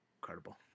Incredible